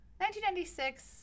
1996